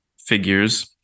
figures